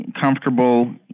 comfortable